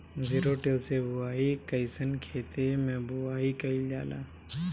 Zero till से बुआई कयिसन खेते मै बुआई कयिल जाला?